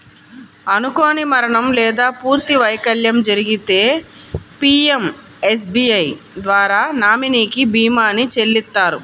అనుకోని మరణం లేదా పూర్తి వైకల్యం జరిగితే పీయంఎస్బీఐ ద్వారా నామినీకి భీమాని చెల్లిత్తారు